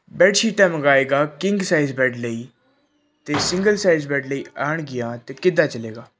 bed ਸ਼ੀਟਾਂ ਮੰਗਾਏਗਾ king size bed ਲਈ ਅਤੇ ਸਿੰਗਲ ਸਾਈਜ ਬੈੱਡ ਲਈ ਆਉਣਗੀਆਂ ਤਾਂ ਕਿੱਦਾਂ ਚਲੇਗਾ